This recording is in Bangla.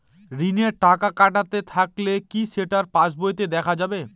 ঋণের টাকা কাটতে থাকলে কি সেটা পাসবইতে দেখা যাবে?